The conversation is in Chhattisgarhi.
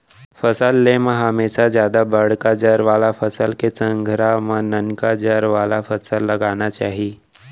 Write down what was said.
फसल ले म हमेसा जादा बड़का जर वाला फसल के संघरा म ननका जर वाला फसल लगाना चाही